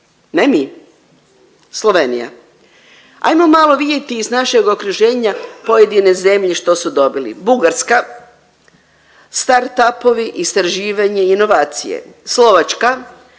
Ne mi. Slovenija. Ajmo malo vidjeti iz našeg okruženja pojedine zemlje što su dobili. Bugarska startapovi, istraživanje, inovacije, Slovačka